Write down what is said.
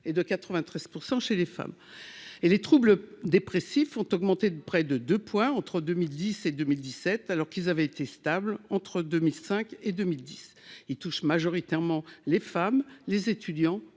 et de 93 % chez les femmes et les troubles dépressifs ont augmenté de près de 2 points entre 2010 et 2017 alors qu'ils avaient été stable entre 2005 et 2010 il touche majoritairement les femmes, les étudiants